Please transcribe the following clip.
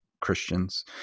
Christians